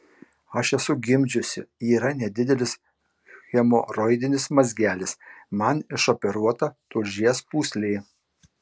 aš esu gimdžiusi yra nedidelis hemoroidinis mazgelis man išoperuota tulžies pūslė